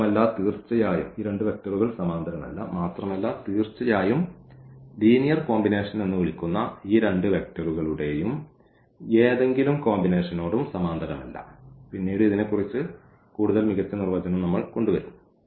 മാത്രമല്ല തീർച്ചയായും linear combination എന്ന് വിളിക്കുന്ന ഈ രണ്ട് വെക്റ്ററുകളുടെയും ഏതെങ്കിലും കോമ്പിനേഷനോടും സമാന്തരമല്ല പിന്നീട് ഇതിനെക്കുറിച്ച് കൂടുതൽ മികച്ച നിർവചനം നമ്മൾ കൊണ്ടുവരും